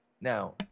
Now